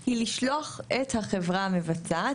הוא לשלוח את החברה המבצעת,